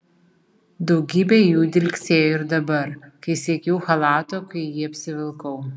daugybė jų dilgsėjo ir dabar kai siekiau chalato kai jį apsivilkau